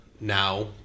now